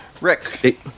Rick